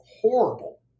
horrible